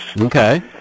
Okay